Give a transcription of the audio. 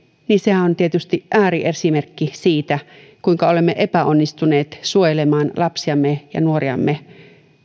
sehän on tietysti ääriesimerkki siitä kuinka olemme epäonnistuneet suojelemaan lapsiamme ja nuoriamme